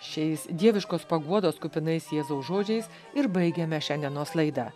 šiais dieviškos paguodos kupinais jėzaus žodžiais ir baigiame šiandienos laidą